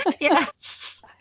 Yes